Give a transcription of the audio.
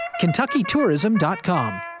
KentuckyTourism.com